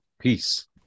peace